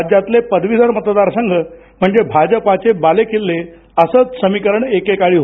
राज्यातले पदवीधर मतदारसंघ म्हणजे भाजपाचे बालेकिल्ले असंच समिकरण एकेकाळी होतं